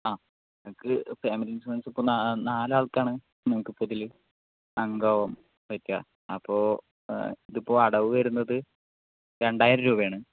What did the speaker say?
ആ നിങ്ങൾക്ക് family insurance ഇപ്പോൾ നാ നാലാൾക്കാണ് ഇപ്പോൾ ഇതില് നിങ്ങൾക്കിപ്പോയിതില് ഉണ്ടാകാൻ പറ്റുക അപ്പോൾ ഇതിപ്പോൾ അടവ് വരുന്നത് രണ്ടായിരം രൂപയാണ്